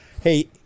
Hey